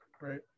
right